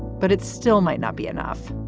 but it still might not be enough.